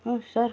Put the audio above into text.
sir